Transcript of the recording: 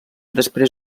després